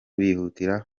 bihutira